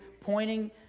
pointing